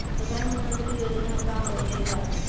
प्रधानमंत्री योजना का होखेला?